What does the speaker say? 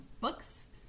books